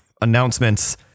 announcements